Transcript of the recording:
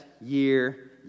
year